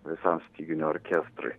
visam styginių orkestrui